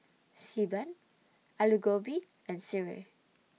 Xi Ban Aloo Gobi and Sireh